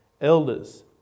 Elders